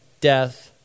death